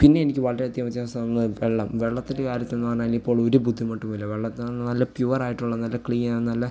പിന്നെ എനിക്ക് വളരെ അധികം വ്യത്യാസം തോന്നുന്നത് വെള്ളം വെള്ളത്തിൻ്റെ കാര്യത്തിൽ എന്ന് പറഞ്ഞാൽ ഇപ്പോൾ ഒരു ബുദ്ധിമുട്ടും ഇല്ല വെള്ളത്തിന് നല്ല പ്യൂർ ആയിട്ടുള്ള നല്ല ക്ലീൻ ആണ് നല്ല